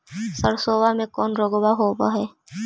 सरसोबा मे कौन रोग्बा होबय है?